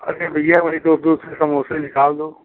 अरे भैया वही दो दो के समोसे निकाल दो